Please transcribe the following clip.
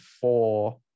four